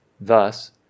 Thus